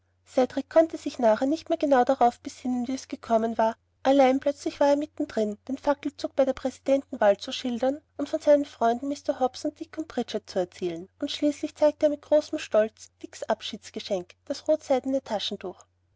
cedrik konnte sich nachher nicht mehr genau darauf besinnen wie es gekommen war allein plötzlich war er mitten drin den fackelzug bei der präsidentenwahl zu schildern und von seinen freunden mr hobbs und dick und bridget zu erzählen und schließlich zeigte er mit großem stolz dicks abschiedsgeschenk das rotseidene taschentuch